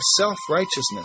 self-righteousness